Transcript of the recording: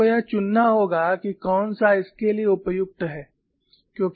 आपको यह चुनना होगा कि कौन सा इसके लिए उपयुक्त है